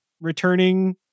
returning